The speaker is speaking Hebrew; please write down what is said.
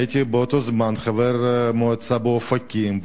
הייתי באותו זמן חבר מועצה באופקים,